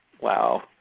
Wow